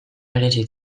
merezi